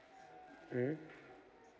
mmhmm